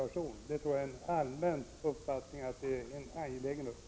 Jag tror det är en allmän mening att detta är en angelägen uppgift.